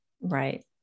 Right